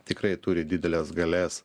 tikrai turi dideles galias